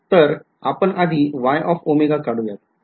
तर आपण आधी काढूयात